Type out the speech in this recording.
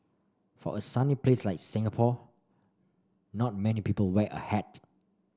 for a sunny place like Singapore not many people wear a hat